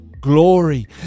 glory